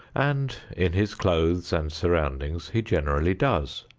and in his clothes and surroundings he generally does.